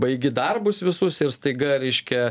baigi darbus visus ir staiga reiškia